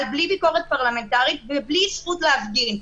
בלי ביקורת פרלמנטרית ובלי זכות להפגין.